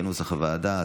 כנוסח הוועדה.